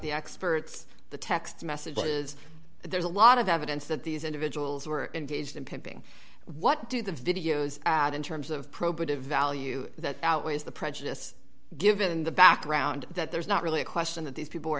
the experts the text messages but there's a lot of evidence that these individuals were engaged in pimping what do the videos add in terms of probative value that outweighs the prejudice given the background that there's not really a question that these people are